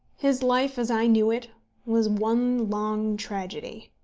his life as i knew it was one long tragedy.